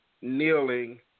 kneeling